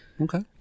Okay